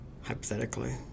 hypothetically